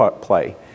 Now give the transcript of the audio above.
play